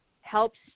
helps